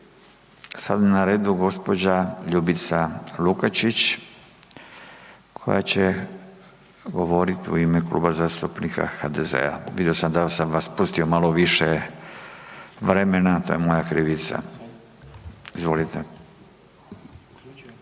Sada je na redu gđa. Ljubica Lukačić koja će govorit u ime Kluba zastupnika HDZ-a. Vidio sam da sam vas pustio malo više vremena, to je moja krivica. Izvolite.